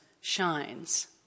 shines